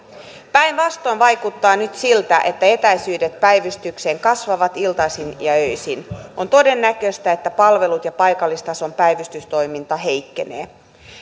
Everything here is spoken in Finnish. päinvastoin vaikuttaa nyt siltä että etäisyydet päivystykseen kasvavat iltaisin ja öisin on todennäköistä että palvelut ja paikallistason päivystystoiminta heikkenee